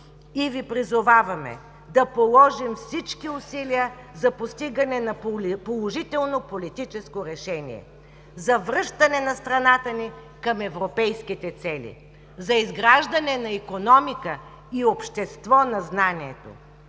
и Ви призоваваме да положим всички усилия за постигане на положително политическо решение, за връщане на страната ни към европейските цели, за изграждане на икономика и общество на знанието!